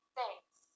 Thanks